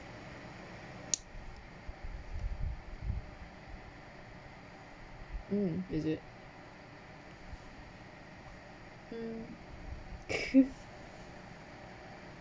mm is it mm